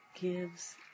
gives